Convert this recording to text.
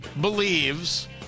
believes